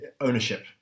ownership